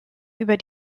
über